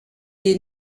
des